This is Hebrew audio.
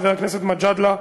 חבר הכנסת מג'אדלה,